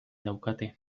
daukate